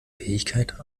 fähigkeit